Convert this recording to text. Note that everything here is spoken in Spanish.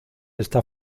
está